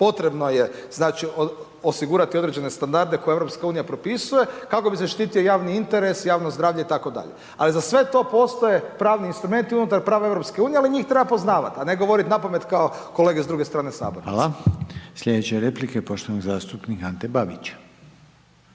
potrebno je, znači, osigurati određene standarde koje EU propisuje, kako bi se zaštitio javni interes, javno zdravlje itd., ali za sve to postoje pravni instrumenti unutar prava EU, ali njih treba poznavat, a ne govorit napamet kao kolege s druge strane Sabornice. **Reiner, Željko (HDZ)** Hvala. Slijedeće replike poštovanog zastupnika Ante Babića: